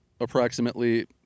approximately